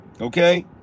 Okay